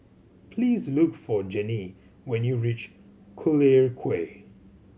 please look for Janie when you reach Collyer Quay